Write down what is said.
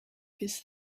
this